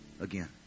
again